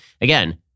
again